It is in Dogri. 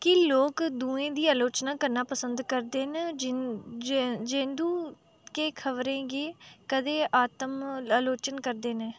की लोक दुएं दी अलोचना करना पसंद करदे न जें जें जदूं कि खबरै गै कदें आत्म अलोचना करदे न